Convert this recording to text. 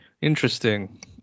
interesting